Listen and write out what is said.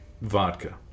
vodka